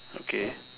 okay